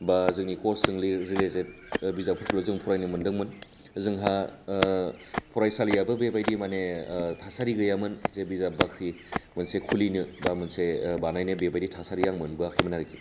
बा जोंनि कर्सजों रिलेटेड बिजाबफोरखौल' जों फरायनो मोनदोंमोन जोंहा फरायसालियाबो बेबायदि माने थासारि गैयामोन जे बिजाब बाख्रि मोनसे खुलिनो बा मोनसे बानायनो बेबायदि थासारि आं मोनबोआखैमोन आरोखि